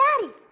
Daddy